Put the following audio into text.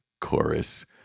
chorus